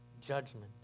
judgment